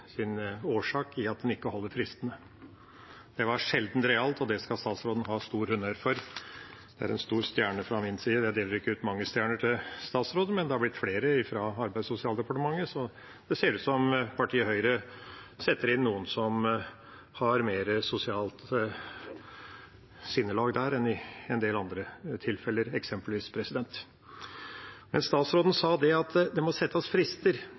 at en ikke holder fristene. Det var sjeldent realt, og det skal statsråden ha stor honnør for. Det er en stor stjerne fra min side. Jeg deler ikke ut mange stjerner til statsråden, men det har blitt flere for Arbeids- og sosialdepartementet, så det ser ut som om partiet Høyre setter inn noen som har mer sosialt sinnelag der enn i en del andre tilfeller, eksempelvis. Statsråden sa at det må settes frister, og det er jeg helt enig i. Det må settes frister, og frister